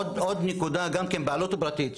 עוד נקודה גם כן בבעלות פרטית,